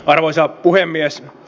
arvoisa puhemies